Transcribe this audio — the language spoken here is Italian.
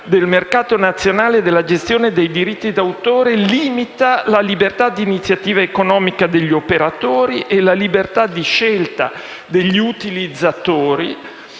del mercato nazionale della gestione dei diritti d'autore limita la libertà d'iniziativa economica degli operatori e la libertà di scelta degli utilizzatori.